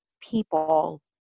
people